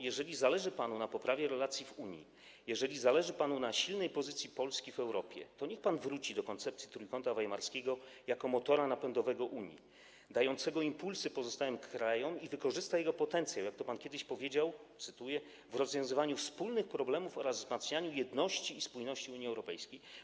Jeżeli zależy panu na poprawie relacji w Unii, jeżeli zależy panu na silnej pozycji Polski w Europie, to niech pan wróci do koncepcji Trójkąta Weimarskiego jako motoru napędowego Unii, dającego impulsy pozostałym krajom, i wykorzysta jego potencjał, jak to pan kiedyś powiedział, cytuję, w rozwiązywaniu wspólnych problemów oraz wzmacnianiu jedności i spójności Unii Europejskiej.